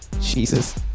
Jesus